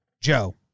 Joe